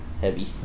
Heavy